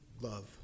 love